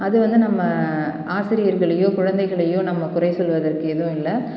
அது வந்து நம்ம ஆசிரியர்களையோ குழந்தைகளையோ நம்ம குறை சொல்வதற்கு எதுவும் இல்லை